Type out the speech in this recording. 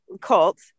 cult